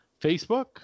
Facebook